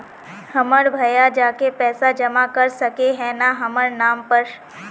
हमर भैया जाके पैसा जमा कर सके है न हमर नाम पर?